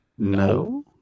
No